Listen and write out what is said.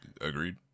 Agreed